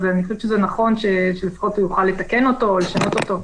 אז אני חושבת שזה נכון שלפחות הוא יוכל לתקן אותו או לשנות אותו.